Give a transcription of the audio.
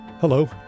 Hello